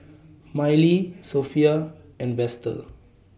Mylee Sophia and Vester